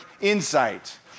insight